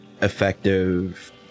effective